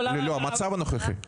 לא, המצב הנוכחי.